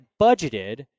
budgeted